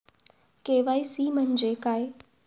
KYC म्हणजे काय?